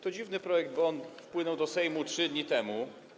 To dziwny projekt, bo wpłynął do Sejmu 3 dni temu.